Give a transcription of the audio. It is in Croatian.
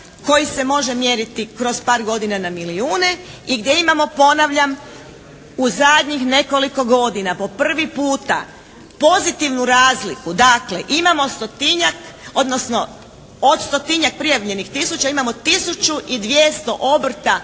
koji se može mjeriti kroz par godina na milijune i gdje imamo ponavljam u zadnjih nekoliko godina po prvi puta pozitivnu razliku. Dakle, imamo stotinjak, odnosno od stotinjak prijavljenih tisuća imamo tisuću i 200 obrta